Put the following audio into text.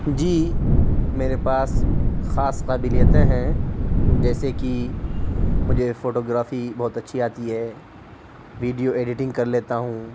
جی میرے پاس خاص قابلیتیں ہیں جیسے کہ مجھے فوٹو گرافی بہت اچھی آتی ہے ویڈیو ایڈیٹنگ کر لیتا ہوں